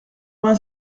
vingt